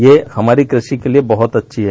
ये हमारी कृषि के लिए बहत अच्छी है